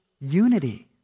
unity